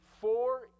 four